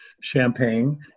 champagne